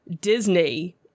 Disney